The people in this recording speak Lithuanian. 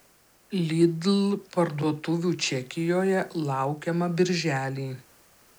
lidl parduotuvių čekijoje laukiama birželį